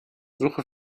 suche